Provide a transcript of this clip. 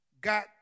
got